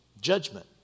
judgment